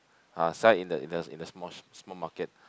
ah sign in the in the in the small small market